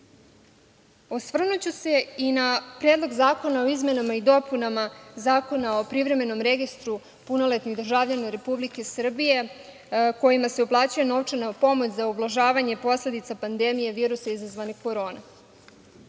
Đilasa. Osvrnuću se i na Predlog zakona o izmenama i dopunama Zakona o privremenom registru punoletnih državljana Republike Srbije kojima se uplaćuje novčana pomoć za ublažavanje posledica pandemije virusa izazvane korona